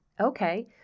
okay